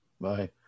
bye